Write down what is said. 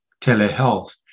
telehealth